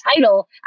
title